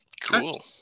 Cool